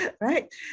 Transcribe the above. right